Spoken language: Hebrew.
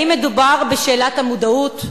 האם מדובר בשאלת המודעות?